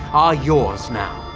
are yours now.